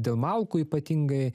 dėl malkų ypatingai